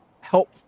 help